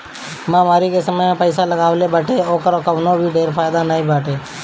महामारी के समय जे पईसा लगवले बाटे ओकर कवनो ढेर फायदा नाइ बाटे